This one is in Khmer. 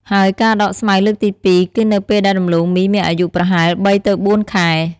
ហើយការដកស្មៅលើកទី២ គឺនៅពេលដែលដំឡូងមីមានអាយុប្រហែល ៣ ទៅ ៤ ខែ។